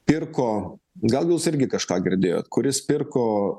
pirko gal jūs irgi kažką girdėjot kuris pirko